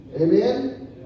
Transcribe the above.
Amen